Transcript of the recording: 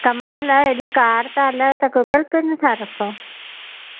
क़माल आहे एॾी कार त हलायो त गूगल पे नथा रखो